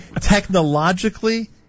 Technologically